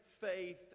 faith